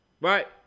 Right